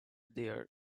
there